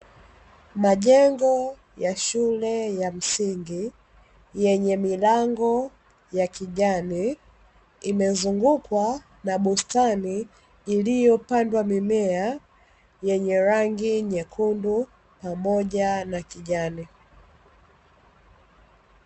Majengo ya shule ya msingi yenye milango ya kijani, imezungukwa na bustani iliyopandwa mimea yenye rangi nyekundu pamoja na kijani.